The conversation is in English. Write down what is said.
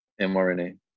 mRNA